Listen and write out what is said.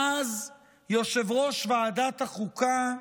ואז יושב-ראש ועדת החוקה,